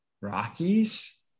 Rockies